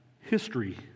history